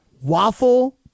Waffle